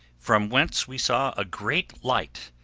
from whence we saw a great light,